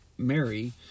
Mary